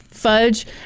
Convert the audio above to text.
Fudge